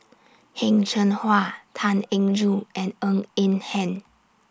Heng Cheng Hwa Tan Eng Joo and Ng Eng Hen